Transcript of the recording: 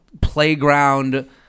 playground